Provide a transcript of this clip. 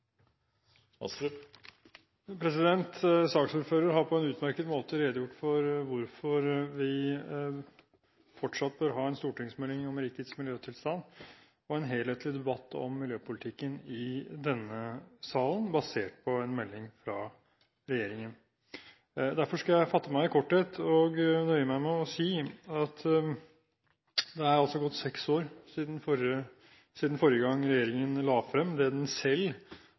vi fortsatt bør ha en stortingsmelding om rikets miljøtilstand og en helhetlig debatt om miljøpolitikken i denne salen basert på en melding fra regjeringen. Derfor skal jeg fatte meg i korthet og nøye meg med å si at det er gått seks år siden forrige gang regjeringen la fram det den